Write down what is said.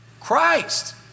Christ